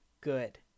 Good